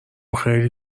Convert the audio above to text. خیلی